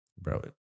bro